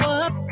up